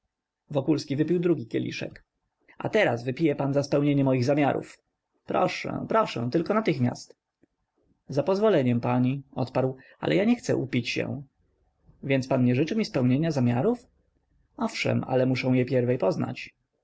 moje wokulski wypił drugi kieliszek a teraz wypije pan za spełnienie moich zamiarów proszę proszę tylko natychmiast zapozwoleniem pani odparł ale ja nie chcę upić się więc pan nie życzy mi spełnienia zamiarów owszem ale muszę je pierwiej poznać